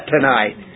tonight